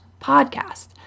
podcast